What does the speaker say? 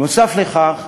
נוסף על כך,